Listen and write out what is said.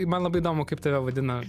man labai įdomu kaip tave vadina